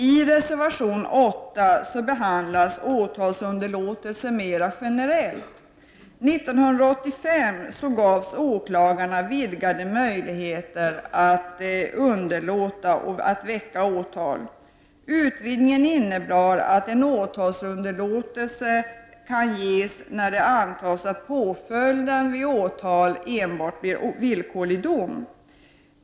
I reservation nr 8 behandlas åtalsunderlåtelse mer generellt. 1985 gavs åklagarna vidgade möjligheter att underlåta att väcka åtal. Utvidgningen innebar bl.a. att åtalsunderlåtelse kan meddelas när det kan antas att påföljden vid åtal skulle bli enbart villkorlig dom.